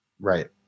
Right